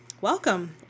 welcome